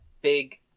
big